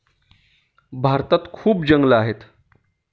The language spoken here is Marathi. भारतात खूप जंगलं आहेत